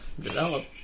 develop